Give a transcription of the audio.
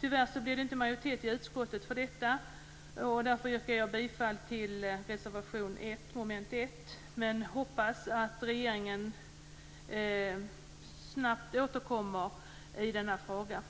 Tyvärr blev det inte majoritet i utskottet för detta, och därför yrkar jag bifall till reservation 1 under mom. 1. Men jag hoppas att regeringen snabbt återkommer i denna fråga.